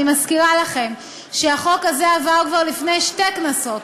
אני מזכירה לכם שהחוק הזה עבר כבר לפני שתי כנסות,